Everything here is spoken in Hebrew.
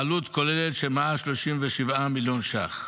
בעלות כוללת של מעל 137 מיליון ש"ח.